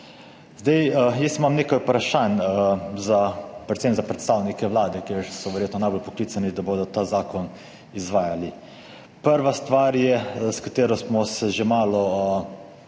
Jaz imam nekaj vprašanj predvsem za predstavnike Vlade, ker so verjetno najbolj poklicani, da bodo ta zakon izvajali. Prva stvar, s katero smo se že malo